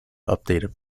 updated